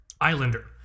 Islander